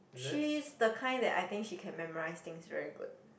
she's the kind that I think she can memorise things very good